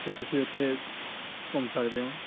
ਅਤੇ ਤੁਸੀਂ ਉਥੇ ਘੁੰਮ ਸਕਦੇ ਹੋ